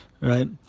right